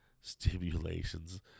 Stimulations